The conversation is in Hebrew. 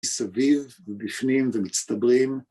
מסביב מבפנים ומצטברים.